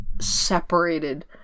separated